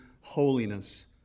holiness